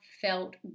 felt